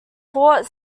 port